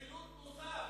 זו זילות נוספת